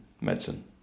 medicine